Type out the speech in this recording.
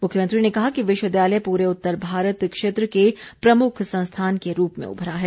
मुख्यमंत्री ने कहा कि विश्वविद्यालय पूरे उतर भारत क्षेत्र के प्रमुख संस्थान के रूप में उभरा है